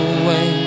away